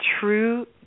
true